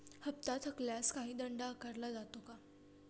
हप्ता थकल्यास काही दंड आकारला जातो का?